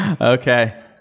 Okay